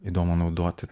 įdomu naudoti